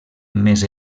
més